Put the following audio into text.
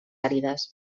àrides